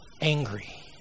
angry